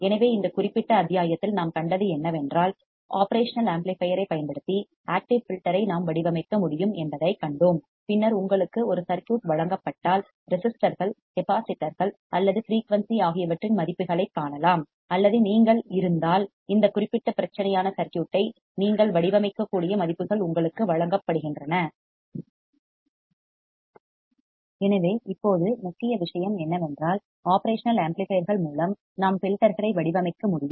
எனவே இந்த குறிப்பிட்ட அத்தியாயத்தில் நாம் கண்டது என்னவென்றால் ஒப்ரேஷனல் ஆம்ப்ளிபையர் ஐப் பயன்படுத்தி ஆக்டிவ் ஃபில்டர் ஐ நாம் வடிவமைக்க முடியும் என்பதைக் கண்டோம் பின்னர் உங்களுக்கு ஒரு சர்க்யூட் வழங்கப்பட்டால் ரெசிஸ்டர்கள் கெப்பாசிட்டர்கள் அல்லது ஃபிரீயூன்சி ஆகியவற்றின் மதிப்புகளைக் காணலாம் அல்லது நீங்கள் இந்த குறிப்பிட்ட பிரச்சனையான சர்க்யூட்டை நீங்கள் வடிவமைக்கக்கூடிய மதிப்புகள் உங்களுக்கு வழங்கப்படுகின்றன எனவே இப்போது முக்கிய விஷயம் என்னவென்றால் ஒப்ரேஷனல் ஆம்ப்ளிபையர்கள் மூலம் நாம் ஃபில்டர் களை வடிவமைக்க முடியும்